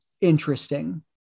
interesting